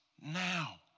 now